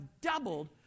doubled